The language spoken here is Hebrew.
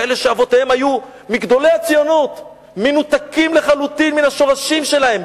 כאלה שאבותיהם היו מגדולי הציונות מנותקים לחלוטין מן השורשים שלהם,